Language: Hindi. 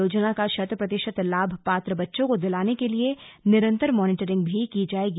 योजना का शत प्रतिशत लाभ पात्र बच्चों को दिलाने के लिए निरन्तर मॉनीटरिंग भी दी जाएगी